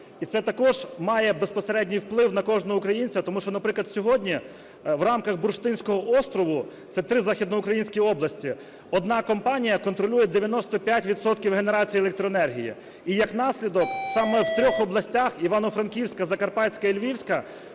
і це також має безпосередній вплив на кожного українця, тому що, наприклад, сьогодні в рамках "бурштинського острову" (це три західноукраїнські області) одна компанія контролює 95 відсотків генерації електроенергії і, як наслідок, саме в трьох областях – Івано-Франківська, Закарпатська і Львівська